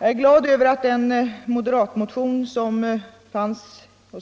Jag är glad över att den moderatmotion som i